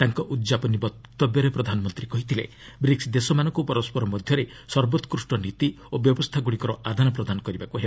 ତାଙ୍କ ଉଦ୍ଯାପନୀ ବକ୍ତବ୍ୟରେ ପ୍ରଧାନମନ୍ତ୍ରୀ କହିଥିଲେ ବ୍ରିକ୍ସ ଦେଶମାନଙ୍କୁ ପରସ୍କର ମଧ୍ୟରେ ସର୍ବୋକୃଷ୍ଟ ନୀତି ଓ ବ୍ୟବସ୍ଥାଗୁଡ଼ିକର ଆଦାନ ପ୍ରଦାନ କରିବାକୁ ହେବ